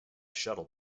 shuttle